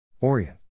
Orient